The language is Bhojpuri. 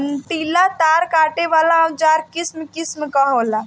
कंटीला तार काटे वाला औज़ार किसिम किसिम कअ होला